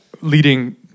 leading